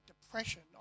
depression